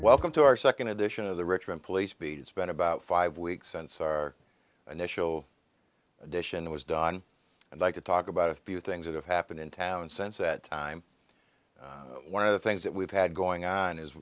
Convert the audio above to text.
welcome to our second edition of the richmond police beat it's been about five weeks since our initial edition was done and like to talk about a few things that have happened in town and sense that time one of the things that we've had going on